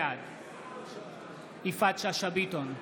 בעד יפעת שאשא ביטון,